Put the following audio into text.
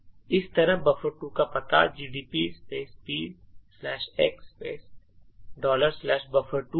इसी तरह buffer2 का पता gdb p x buffer2 है